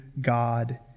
God